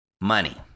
money